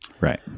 Right